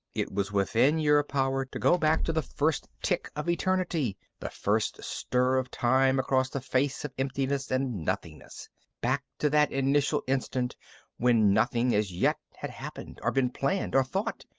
it was within your power to go back to the first tick of eternity, the first stir of time across the face of emptiness and nothingness back to that initial instant when nothing as yet had happened or been planned or thought,